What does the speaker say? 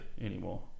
anymore